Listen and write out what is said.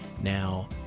now